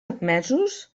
admesos